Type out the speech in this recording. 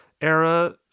era